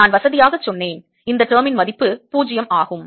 நான் வசதியாக சொன்னேன் இந்த term ன் மதிப்பு 0 ஆகும்